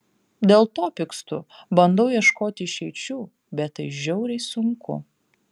dėl to pykstu bandau ieškoti išeičių bet tai žiauriai sunku